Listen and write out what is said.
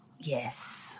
Yes